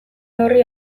horri